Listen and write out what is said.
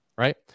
Right